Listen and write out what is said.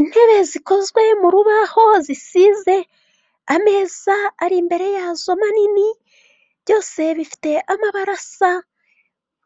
Intebe zikozwe mu rubaho zisize ameza ari imbere yazo manini byose bifite amabarasa